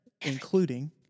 including